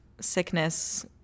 sickness